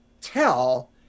tell